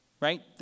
Right